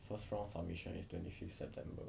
first round submission is twenty fifth september